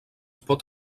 pot